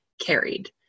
carried